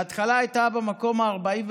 בהתחלה היא הייתה במקום ה-41,